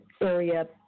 area